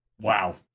Wow